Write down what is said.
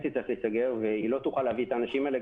תצטרך להיסגר והיא לא תוכל להביא את האנשים האלה,